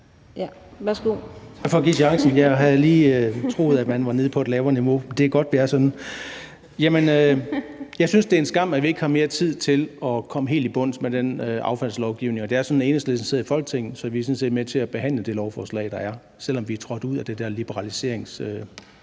Jeg havde lige troet, at man var nede på et lavere antal. Det er godt, det er sådan her. Jeg synes, det er en skam, at vi ikke har mere tid til at komme helt i bund med den affaldslovgivning. Og nu er det sådan, at Enhedslisten sidder i Folketinget, og så er vi er sådan set med til at behandle det lovforslag, der er, selv om vi er trådt ud af den der, hvad skal